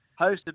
hosted